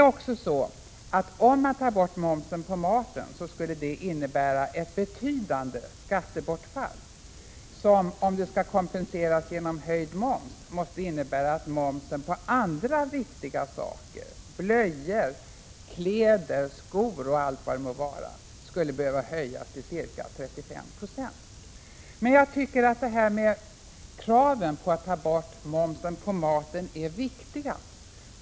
Borttagande av momsen på maten skulle också innebära ett betydande skattebortfall som, om det skulle kompenseras genom höjd moms, måste innebära att momsen på andra viktiga varor — blöjor, kläder, skor och allt det må vara — skulle behöva höjas till ca 35 96. Men jag tycker att frågan om att ta bort momsen på maten är viktig.